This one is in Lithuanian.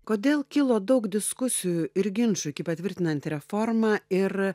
kodėl kilo daug diskusijų ir ginčų iki patvirtinant reformą ir